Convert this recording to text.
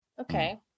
Okay